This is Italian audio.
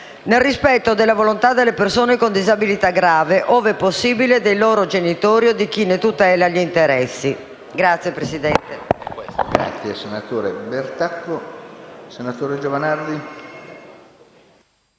nel rispetto della volontà delle persone con disabilità grave, ove possibile, dei loro genitori o di chi ne tutela gli interessi.